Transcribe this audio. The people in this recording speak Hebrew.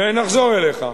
ונחזור אליך.